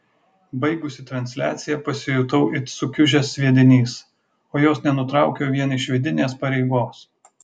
baigusi transliaciją pasijutau it sukiužęs sviedinys o jos nenutraukiau vien iš vidinės pareigos